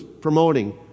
promoting